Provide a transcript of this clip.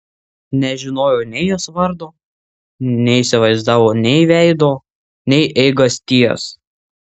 nežinojo nei jos vardo neįsivaizdavo nei veido nei eigasties